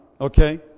okay